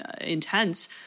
intense